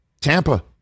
Tampa